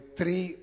three